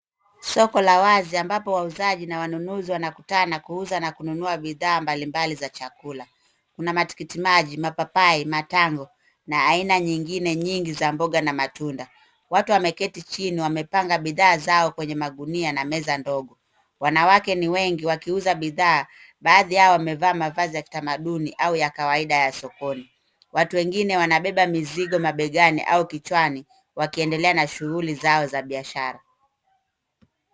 Soko la wazi ambapo wauzaji na wanunuzi wanakutana kuuza na kununua bidhaa mbali mbali za chakula. Kuna matikiti maji, mapapai, matango, na aina nyingine nyingi za mboga na matunda. Watu wameketi chini, wamepanga bidhaa zao kwenye magunia na meza ndogo. Wanawake ni wengi wakiuza bidhaa. Baadhi yao wamevaa mavazi ya kitamaduni au ya kawaida ya sokoni. Watu wengine wanabeba mizigo mabegani au kichwani, wakiendelea na shughuli zao za biashara.